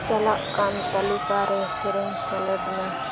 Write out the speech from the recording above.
ᱪᱟᱞᱟᱜ ᱠᱟᱱ ᱛᱟᱞᱤᱠᱟ ᱨᱮ ᱥᱮᱨᱮᱧ ᱥᱮᱞᱮᱫᱽ ᱢᱮ